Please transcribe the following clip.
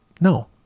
no